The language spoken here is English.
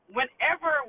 Whenever